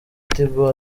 tigo